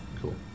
Cool